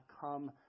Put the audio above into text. come